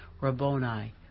Rabboni